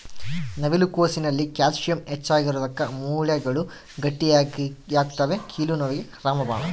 ನವಿಲು ಕೋಸಿನಲ್ಲಿ ಕ್ಯಾಲ್ಸಿಯಂ ಹೆಚ್ಚಿಗಿರೋದುಕ್ಕ ಮೂಳೆಗಳು ಗಟ್ಟಿಯಾಗ್ತವೆ ಕೀಲು ನೋವಿಗೆ ರಾಮಬಾಣ